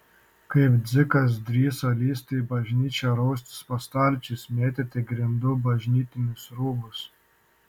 kaip dzikas drįso lįsti į bažnyčią raustis po stalčius mėtyti ant grindų bažnytinius rūbus